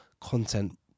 content